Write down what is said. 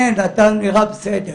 אמרו לי שאני נראה בסדר.